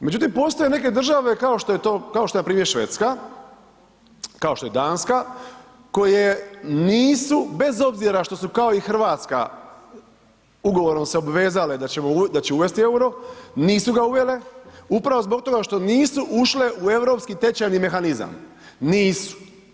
Međutim postoje neke države kao što je npr. Švedska, kao što je Danska koje nisu bez obzira što su kao i Hrvatska ugovorom se obvezale da će uvesti euro, nisu ga uvele upravo zbog toga što nisu ušle europski tečajni mehanizam, nisu.